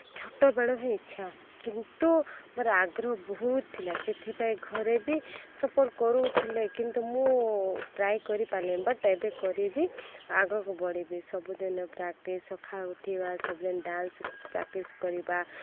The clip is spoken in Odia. ଛୋଟ ବେଳୁ ହିଁ ଇଚ୍ଛା କିନ୍ତୁ ମୋର ଆଗ୍ରହ ବହୁତ ଥିଲା ସେଥିପାଇଁ ଘରେ ବି ସପୋର୍ଟ୍ କରୁଥିଲେ କିନ୍ତୁ ମୁଁ ଟ୍ରାଏ କରିପାରିଲିନି ବଟ୍ ଏବେ କରିବି ଆଗକୁ ବଢ଼ିବି ସବୁଦିନ ପ୍ରାକ୍ଟିସ୍ ସକାଳୁ ଉଠିବା ସବୁଦିନ ଡାନ୍ସ ପ୍ରାକ୍ଟିସ୍ କରିବା